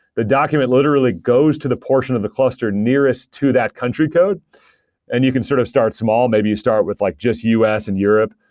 the document literally goes to the portion of the cluster nearest to that country code and can sort of start small. maybe you start with like just us and europe.